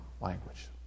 language